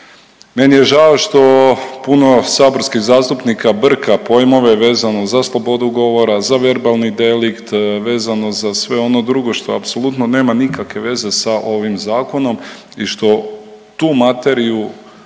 Meni je žao što puno saborskih zastupnika brka pojmove vezano za slobodu govora, za verbalni delikt, vezano za sve ono drugo što apsolutno nema nikakve veze sa ovim zakonom i što tu materiju